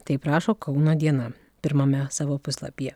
taip rašo kauno diena pirmame savo puslapyje